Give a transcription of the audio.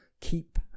Keep